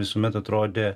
visuomet atrodė